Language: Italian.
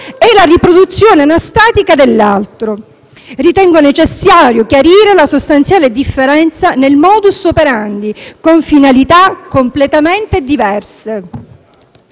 è la riproduzione anastatica dell'altro. Ritengo necessario chiarire la sostanziale differenza nel *modus operandi* con finalità completamente diverse,